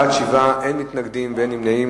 בעד, 7, אין מתנגדים ואין נמנעים.